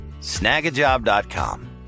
Snagajob.com